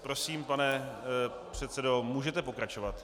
Prosím, pane předsedo, můžete pokračovat.